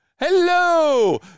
Hello